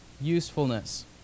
usefulness